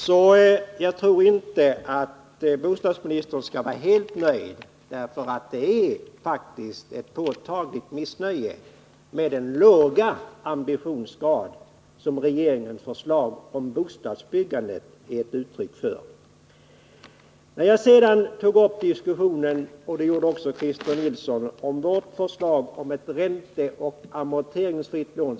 Så jag tror inte att bostadsministern skall vara helt nöjd, för det finns faktiskt ett påtagligt missnöje med den låga ambitionsgrad som regeringens förslag om bostadsbyggande är ett uttryck för. Jag och Christer Nilsson tog upp till diskussion vårt förslag om ett ränteoch amorteringsfritt lån.